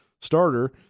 starter